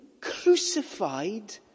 crucified